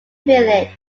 village